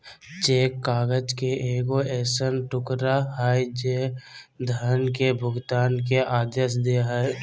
cheque काग़ज़ के एगो ऐसन टुकड़ा हइ जे धन के भुगतान के आदेश दे हइ